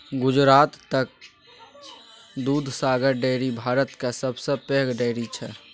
गुजरातक दुधसागर डेयरी भारतक सबसँ पैघ डेयरी छै